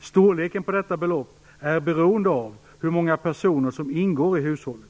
Storleken på detta belopp är beroende av hur många personer som ingår i hushållet.